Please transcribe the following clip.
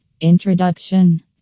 introduction